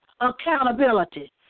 accountability